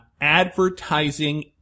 advertising